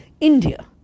India